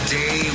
day